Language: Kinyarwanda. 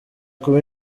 kuba